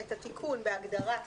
את התיקון בהגדרה פנימייה.